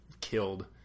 killed